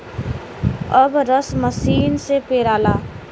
अब रस मसीन से पेराला